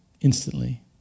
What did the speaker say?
instantly